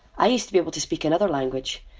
i used to be able to speak another language.